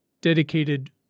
dedicated